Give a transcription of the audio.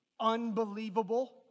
unbelievable